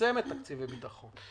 לצמצם את תקציבי הביטחון,